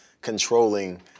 controlling